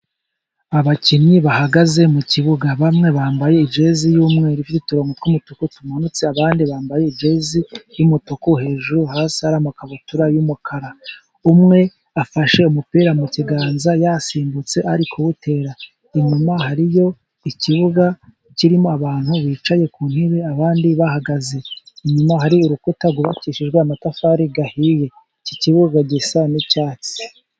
Abakinnyi bahagaze mu kibuga bamwe bambaye jezi y'umweru ifite uturongo tw'umutuku tumanutse, abandi bambaye jezi y'umutuku hejuru, hasi ari amakabutura y'umukara, umwe afashe umupira mu kiganza yasimbutse ari kuwutera. Inyuma hariyo ikibuga kirimo abantu bicaye ku ntebe, abandi bahagaze. Inyuma hari urukuta rwubakishijwe amatafari ahiye, iki kibuga gisa n'icyatsi.